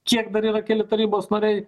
kiek dar yra keli tarybos nariai